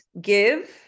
give